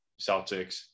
Celtics